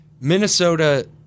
Minnesota